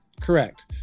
Correct